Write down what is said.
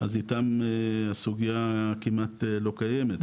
אז איתם הסוגייה כמעט לא קיימת.